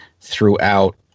throughout